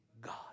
God